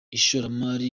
ishoramari